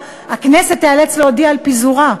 והכנסת תיאלץ להודיע על פיזורה.